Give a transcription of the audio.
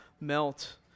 melt